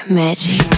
magic